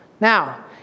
Now